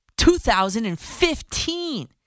2015